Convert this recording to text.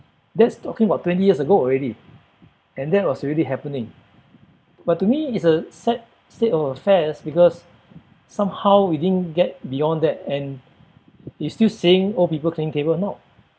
that's talking about twenty years ago already and that was already happening but to me it's a sad state of affairs because somehow we didn't get beyond that and you still seeing old people cleaning table now